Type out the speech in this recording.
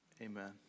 amen